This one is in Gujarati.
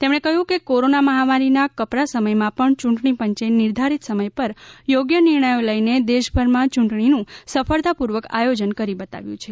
તેમણે કહ્યું કે કોરોના મહામારીના કપરા સમયમાં પણ યૂંટણી પંચે નિર્ધારિત સમય પર યોગ્ય નિર્ણયો લઈને દેશભરમાં યૂંટણીનું સફળતાપૂર્વક આયોજન કરી બતાવ્યું છે